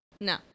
No